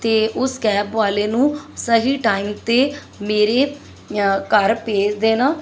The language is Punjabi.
ਅਤੇ ਉਸ ਕੈਬ ਵਾਲੇ ਨੂੰ ਸਹੀ ਟਾਈਮ 'ਤੇ ਮੇਰੇ ਘਰ ਭੇਜ ਦੇਣਾ